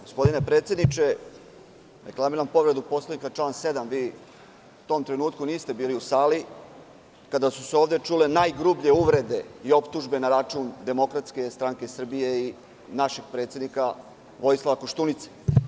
Gospodine predsedniče, reklamiram povredu Poslovnika član 7. U tom trenutku niste bili u sali kada su se ovde čule najgrublje uvrede i optužbe na račun DSS i našeg predsednika Vojislava Koštunice.